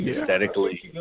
aesthetically